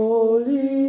Holy